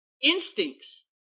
instincts